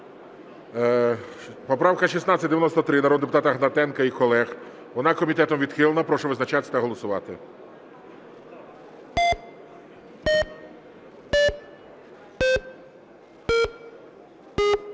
Поправка 1889 народного депутата Павленка та колег. Вона комітетом відхилена. Прошу визначатись та голосувати.